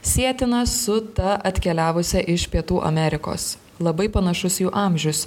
sietina su ta atkeliavusia iš pietų amerikos labai panašus jų amžius